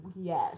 yes